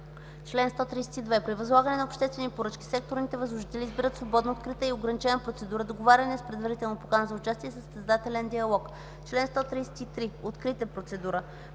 Чл. 132. При възлагане на обществени поръчки секторните възложители избират свободно открита и ограничена процедура, договаряне с предварителна покана за участие и състезателен диалог.” Член 133 – „Открита процедура”.